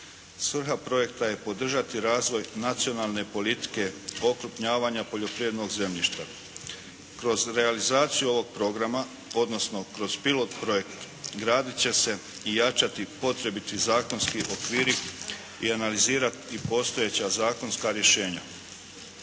Svrha projekta je podržati razvoj Nacionalne politike okrupnjavanja poljoprivrednog zemljišta. Kroz realizaciju ovog programa odnosno kroz pilot projekt graditi će si i jačati potrebiti zakonski okviri i analizirati postojeća zakonska rješenja.